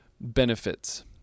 benefits